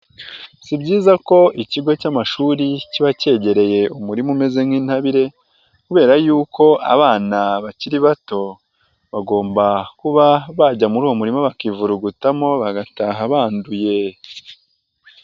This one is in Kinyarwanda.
Si byiza ko ikigo cy'amashuri kiba cyegereye umurima umeze nk'intabire kubera y'uko abana bakiri bato bagomba kuba bajya muri uwo murima bakivurugutamo bagataha banduye.